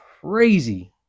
crazy